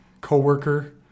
co-worker